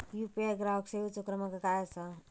UPI ग्राहक सेवेचो क्रमांक काय असा?